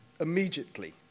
immediately